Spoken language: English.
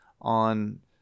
on